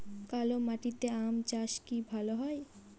কালো মাটিতে আম চাষ কি ভালো হয়?